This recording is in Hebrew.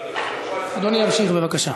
אדוני ימשיך, בבקשה.